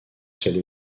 salé